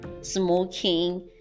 smoking